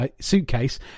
suitcase